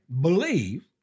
believe